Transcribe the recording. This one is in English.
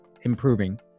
improving